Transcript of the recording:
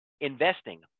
investing